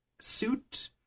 suit